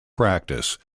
practice